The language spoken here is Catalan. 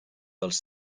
dels